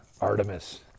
Artemis